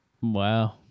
Wow